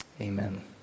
Amen